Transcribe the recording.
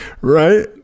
right